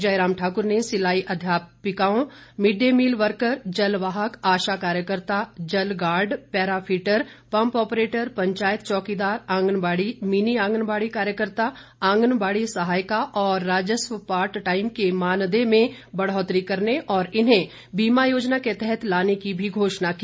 जयराम ठाकुर ने सिलाई अध्यापकों मिड डे मील वर्कर जल वाहक आशा कार्यकर्ता जल guard para fitter pump operator panchayat चौकीदार आंगनबाड़ी मिनी आंगनबाड़ी कार्यकर्ता आंगनबाड़ी सहायिका और राजस्व पार्ट टाइम के मानदेय में बढ़ोतरी करने और इन्हें बीमा योजना के तहत लाने की भी घोषणा की